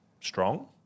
strong